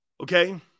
Okay